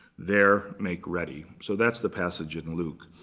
there make ready. so that's the passage in luke.